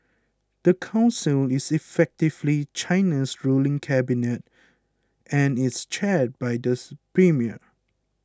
the council is effectively China's ruling cabinet and is chaired by these premier